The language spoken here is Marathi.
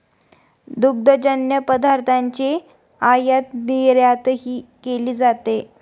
दुग्धजन्य पदार्थांची आयातनिर्यातही केली जाते